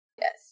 Yes